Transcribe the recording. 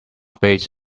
space